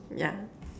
yeah